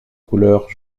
couleur